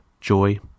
joy